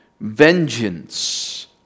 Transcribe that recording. vengeance